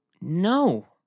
No